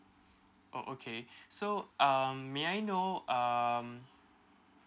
oh okay so um may I know um